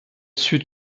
sud